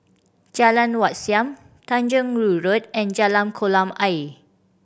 Jalan Wat Siam Tanjong Rhu Road and Jalan Kolam Ayer